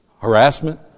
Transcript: harassment